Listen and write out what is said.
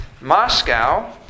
Moscow